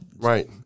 right